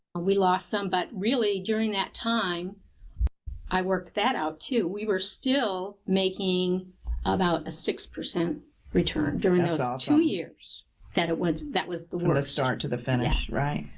we lost some, but really during that time i work that out too. we were still making about a six percent return during those ah two years that was that was the. worst start to the finish, right?